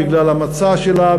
בגלל המצע שלה,